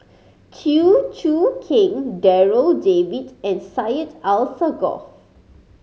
Chew Choo Keng Darryl David and Syed Alsagoff